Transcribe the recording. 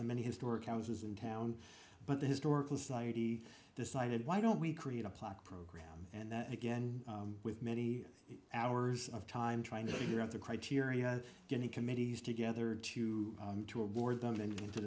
and many historic houses in town but the historical society decided why don't we create a plaque program and that again with many hours of time trying to figure out the criteria getting committees together to to award them and